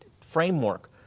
framework